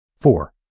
Four